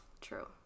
True